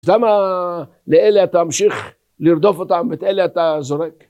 למה לאלה אתה ממשיך לרדוף אותם ואת אלה אתה זורק?